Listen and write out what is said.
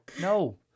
No